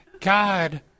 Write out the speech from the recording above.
God